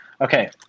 okay